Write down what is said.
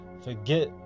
Forget